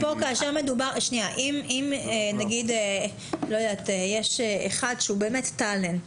אם יש אחד שהוא באמת טאלנט